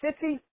City